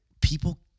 people